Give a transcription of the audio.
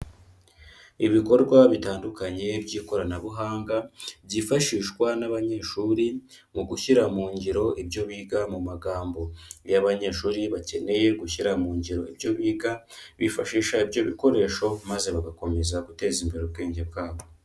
Ibikorwa bitandukanye by'ikoranabuhanga, byifashishwa n'abanyeshuri, mu gushyira mu ngiro ibyo biga mu magambo. Iyo abanyeshuri bakeneye gushyira mu ngiro ibyo biga, bifashisha ibyo bikoresho, maze bagakomeza guteza imbere ubwenge bwabo.